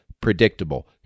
predictable